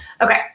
Okay